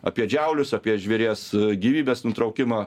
apie džiaulius apie žvėries gyvybės nutraukimą